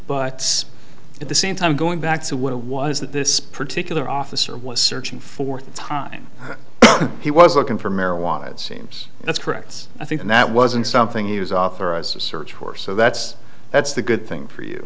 but at the same time going back to what it was that this particular officer was searching for time he was looking for marijuana it seems that's correct i think and that wasn't something he was authorized to search for so that's that's the good thing for you